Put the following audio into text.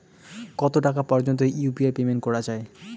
কত টাকা পর্যন্ত ইউ.পি.আই পেমেন্ট করা যায়?